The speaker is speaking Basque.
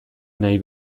nahi